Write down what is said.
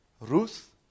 Ruth